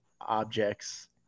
objects